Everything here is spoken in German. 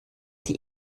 die